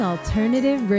Alternative